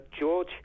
George